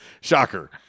Shocker